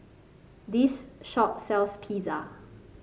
this shop sells Pizza